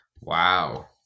Wow